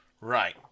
Right